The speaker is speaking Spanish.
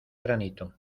granito